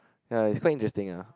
ya it's quite interesting ah